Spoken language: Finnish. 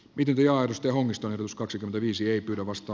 vigilia aidosti onnistuneet us kaksikymmentäviisi ei pyydä vasta